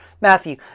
Matthew